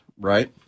right